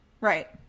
Right